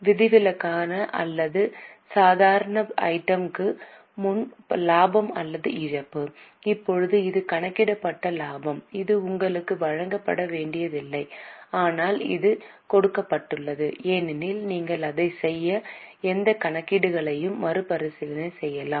விதிவிலக்கான அல்லது அசாதாரண ஐட்டம் க்கு முன் லாபம் அல்லது இழப்பு இப்போது இது கணக்கிடப்பட்ட லாபம் இது உங்களுக்கு வழங்கப்பட வேண்டியதில்லை ஆனால் அது கொடுக்கப்பட்டுள்ளது ஏனெனில் நீங்கள் அதைச் செய்த எந்தக் கணக்கீடுகளையும் மறுபரிசீலனை செய்யலாம்